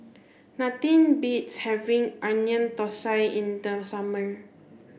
nothing beats having Onion Thosai in the summer